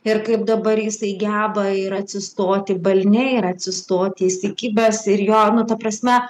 ir kaip dabar jisai geba ir atsistoti balne ir atsistoti įsikibęs ir jo nu ta prasme